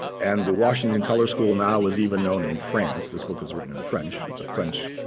and the washington color school now is even known in france. this book was written in french. it's a french